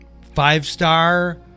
Five-star